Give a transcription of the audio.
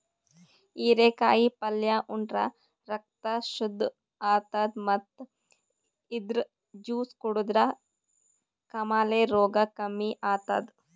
ಹಿರೇಕಾಯಿ ಪಲ್ಯ ಉಂಡ್ರ ರಕ್ತ್ ಶುದ್ದ್ ಆತದ್ ಮತ್ತ್ ಇದ್ರ್ ಜ್ಯೂಸ್ ಕುಡದ್ರ್ ಕಾಮಾಲೆ ರೋಗ್ ಕಮ್ಮಿ ಆತದ್